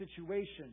situation